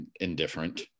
indifferent